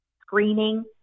screening